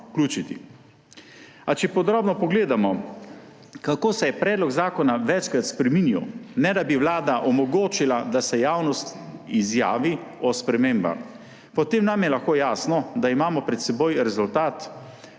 A če podrobno pogledamo, kako se je predlog zakona večkrat spreminjal, ne da bi Vlada omogočila, da se javnost izjavi o spremembah, potem nam je lahko jasno, da imamo pred seboj rezultat